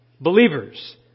Believers